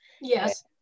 Yes